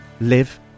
live